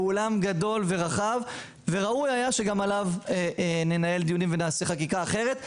והוא עולם גדול ורחב וראוי היה שגם עליו ננהל דיונים ונעשה חקיקה אחרת.